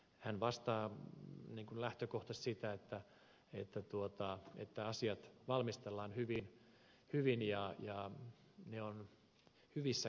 hän vastaa lähtökohtaisesti siitä että asiat valmistellaan hyvin ja ne ovat hyvissä käsissä